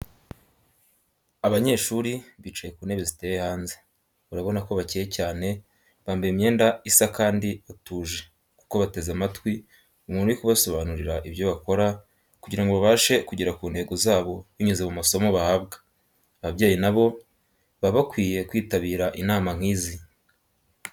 Abanyeshuri bicaye ku ntebe ziteye hanze, urabona ko bakeye cyane bambaye imyenda isa kandi batuje kuko bateze amatwi umuntu uri kubasobanurira ibyo bakora kugira ngo babashe kugera ku ntego zabo binyuze mu masomo bahabwa, ababyeyi nabo baba bakwiye kwitabira inama nk'izi.